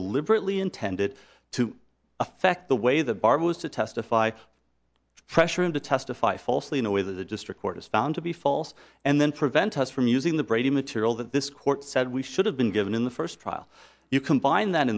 deliberately intended to affect the way the bar was to testify pressure him to testify falsely in a way that the district court has found to be false and then prevent us from using the brady material that this court said we should have been given in the first trial you combine that